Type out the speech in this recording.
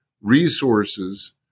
resources